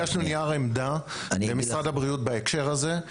הגשנו נייר עמדה בהקשר הזה למשרד הבריאות,